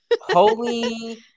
Holy